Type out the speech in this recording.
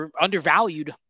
undervalued